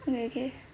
okay okay